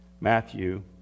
Matthew